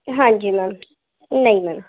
ہاں جی میم نہیں میم